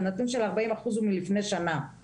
הנתון של 40% הוא מלפני שנה.